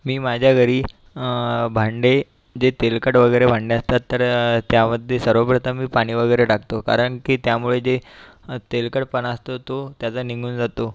मी माझ्या घरी भांडे जे तेलकट वगैरे भांडे असतात तर त्यामध्ये सर्वप्रथम मी पाणी वगैरे टाकतो कारण की त्यामुळे जे तेलकटपणा असतो तो त्याचा निघून जातो